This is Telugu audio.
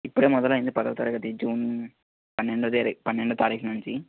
ఇప్పుడే మొదలయింది పదో తరగతి జూన్ పన్నెండో తేదీ పన్నెండో తారీఖు నుంచి